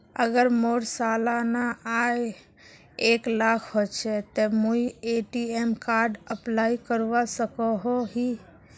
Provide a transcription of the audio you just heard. अगर मोर सालाना आय एक लाख होचे ते मुई ए.टी.एम कार्ड अप्लाई करवा सकोहो ही?